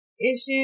issues